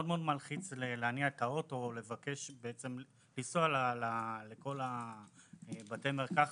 מאוד מאוד מלחיץ להניע את האוטו או לבקש לנסוע לכל בתי המרקחת,